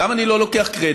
למה אני לא לוקח קרדיט?